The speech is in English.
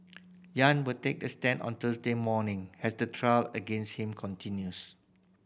yang will take the stand on Thursday morning as the trial against him continues